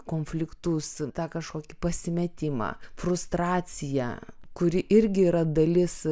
konfliktus tą kažkokį pasimetimą frustraciją kuri irgi yra dalis